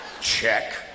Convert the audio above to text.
Check